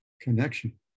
connection